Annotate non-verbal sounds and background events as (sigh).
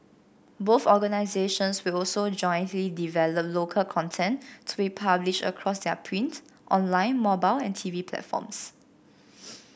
both organizations will also jointly develop local content to be published across their print online mobile and T V platforms (noise)